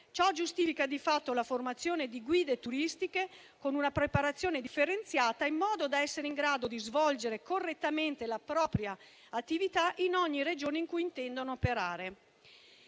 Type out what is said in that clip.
Ciò giustifica, di fatto, la formazione di guide turistiche con una preparazione differenziata, in modo da essere in grado di svolgere correttamente la propria attività in ogni Regione in cui intendono operare.